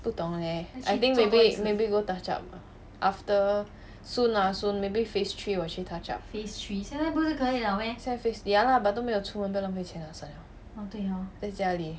不懂 leh I think maybe go touch up after soon lah soon maybe phase three 我去 touch up 现在 phase ya lah but 都没有出门不要浪费钱 lah 在家里